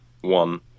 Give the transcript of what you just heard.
One